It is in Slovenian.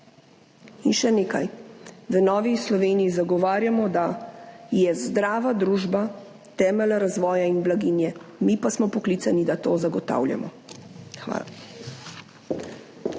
In še nekaj, v Novi Sloveniji zagovarjamo, da je zdrava družba temelj razvoja in blaginje, mi pa smo poklicani, da to zagotavljamo. Hvala.